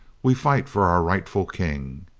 we fight for our rightful king.